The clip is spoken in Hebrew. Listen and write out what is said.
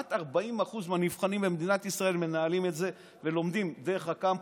כמעט 40% מהנבחנים במדינת ישראל מנהלים את זה ולומדים דרך הקמפוס.